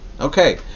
okay